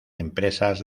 empresas